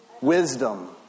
Wisdom